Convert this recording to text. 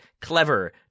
clever